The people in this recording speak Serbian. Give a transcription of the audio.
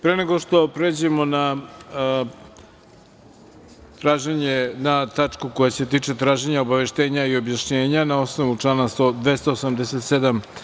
Pre nego što pređemo na tačku koja se tiče traženja obaveštenja i objašnjenja na osnovu člana 287.